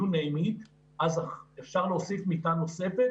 אז אפשר להוסיף מיטה נוספת